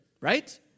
Right